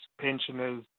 pensioners